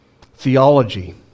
theology